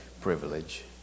privilege